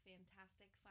Fantastic